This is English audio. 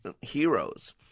heroes